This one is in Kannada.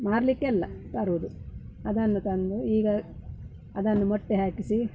ಮಾರಲಿಕ್ಕೆ ಅಲ್ಲ ತರುವುದು ಅದನ್ನು ತಂದು ಈಗ ಅದನ್ನು ಮೊಟ್ಟೆ ಹಾಕಿಸಿ